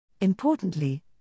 Importantly